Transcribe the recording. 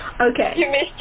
okay